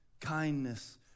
kindness